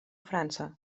frança